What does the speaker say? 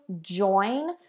join